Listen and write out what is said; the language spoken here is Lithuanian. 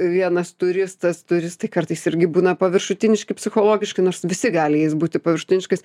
vienas turistas turistai kartais irgi būna paviršutiniški psichologiškai nors visi gali jais būti paviršutiniškais